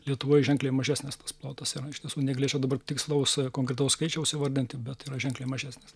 lietuvoj ženkliai mažesnis tas plotas yra iš tiesų negalėčiau dabar tikslaus konkretaus skaičiaus įvardinti bet yra ženkliai mažesnis